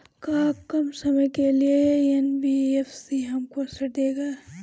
का कम समय के लिए एन.बी.एफ.सी हमको ऋण देगा?